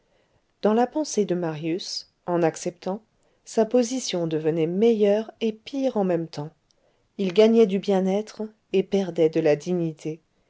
dans la pensée de marius en acceptant sa position devenait meilleure et pire en même temps il gagnait du bien-être et perdait de la dignité